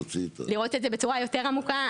לראות את זה בצורה יותר עמוקה,